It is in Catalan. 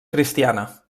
cristiana